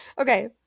Okay